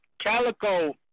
Calico